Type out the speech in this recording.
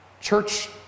Church